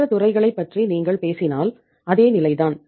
மற்ற துறைகளைப் பற்றி நீங்கள் பேசினால் அதே நிலைதான்